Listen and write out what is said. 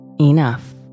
enough